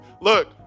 Look